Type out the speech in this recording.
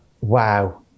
wow